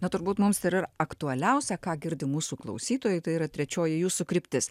na turbūt mums ir aktualiausia ką girdi mūsų klausytojai tai yra trečioji jūsų kryptis